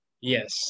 Yes